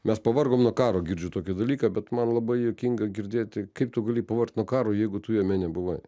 mes pavargom nuo karo girdžiu tokį dalyką bet man labai juokinga girdėti kaip tu gali pavargt nuo karo jeigu tu jame nebuvai